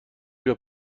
بیا